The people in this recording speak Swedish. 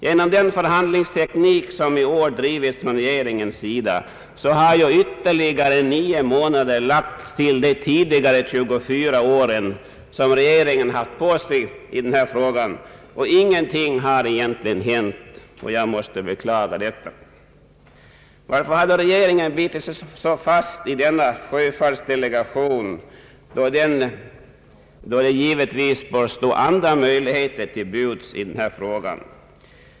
Genom den förhandlingsteknik som i år har drivits från regeringens sida har ytterligare nio månader lagts till de tidigare 24 år som regeringen har haft på sig i denna fråga. Ingenting har egentligen hänt. Jag måste beklaga detta. Varför har regeringen bitit sig så fast i denna sjöfartsdelegation, då andra möjligheter givetvis bör stå till buds i denna fråga.